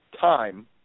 Time